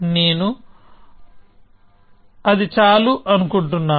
నేను అది చాలు అనుకుంటున్నాను